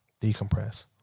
decompress